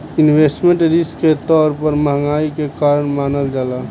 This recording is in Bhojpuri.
इन्वेस्टमेंट रिस्क के तौर पर महंगाई के कारण मानल जाला